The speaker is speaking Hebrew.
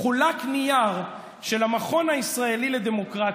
נייר של המכון הישראלי לדמוקרטיה.